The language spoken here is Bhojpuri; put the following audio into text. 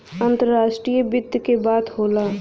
अंतराष्ट्रीय वित्त के बात होला